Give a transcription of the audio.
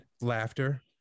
laughter